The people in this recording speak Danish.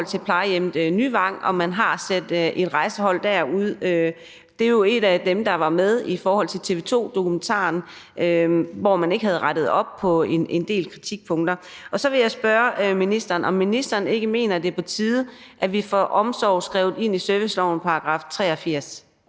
heller ikke svar på, om man har sendt et rejsehold derud. Det var jo et af de plejehjem, der var med i TV 2-dokumentaren, og hvor man ikke havde rettet op på en del kritikpunkter. Så vil jeg spørge ministeren, om ministeren ikke mener, at det er på tide, at vi får omsorg skrevet ind i servicelovens § 83.